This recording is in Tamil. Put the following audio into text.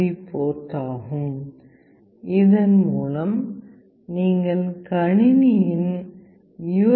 பி போர்ட் ஆகும் இதன் மூலம் நீங்கள் கணினியின் யூ